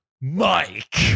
Mike